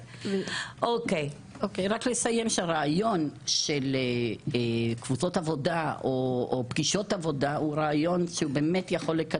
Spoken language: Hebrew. אני רק אסיים שהרעיון של קבוצות עבודה או פגישות עבודה יכול לקדם באמת.